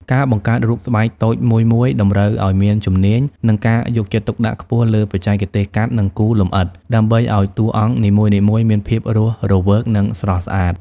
ការបង្កើតរូបស្បែកតូចមួយៗ តម្រូវឱ្យមានជំនាញ និងការយកចិត្តទុកដាក់ខ្ពស់លើបច្ចេកទេសកាត់ និងគូរលម្អិត ដើម្បីឱ្យតួអង្គនីមួយៗមានភាពរស់រវើក និងស្រស់ស្អាត។